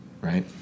right